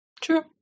True